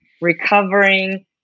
Recovering